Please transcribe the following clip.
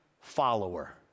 follower